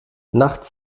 nachts